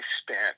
spent